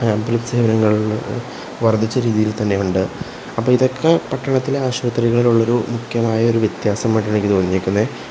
ambulance സേവനങ്ങൾ വർദ്ധിച്ച രീതിയിൽ തന്നെയുണ്ട് അപ്പോള് ഇതൊക്കെ പട്ടണത്തിലെ ആശുപത്രികളിൽ ഉള്ളൊരു മുഖ്യമായൊരു വ്യത്യാസമായിട്ട് എനിക്ക് തോന്നിയേക്കുന്നത്